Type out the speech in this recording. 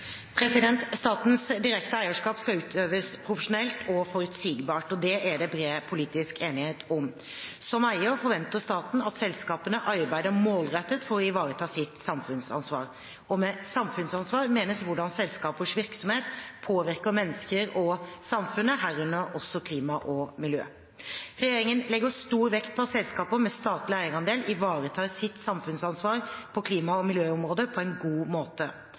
Statens direkte eierskap skal utøves profesjonelt og forutsigbart. Det er det bred politisk enighet om. Som eier forventer staten at selskapene arbeider målrettet for å ivareta sitt samfunnsansvar. Med samfunnsansvar menes hvordan selskapers virksomhet påvirker mennesker og samfunnet, herunder også klimaet og miljøet. Regjeringen legger stor vekt på at selskaper med statlig eierandel ivaretar sitt samfunnsansvar på klima- og miljøområdet på en god måte.